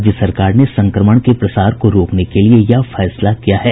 राज्य सरकार ने संक्रमण के प्रसार को रोकने के लिए यह फैसला किया है